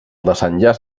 desenllaç